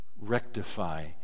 rectify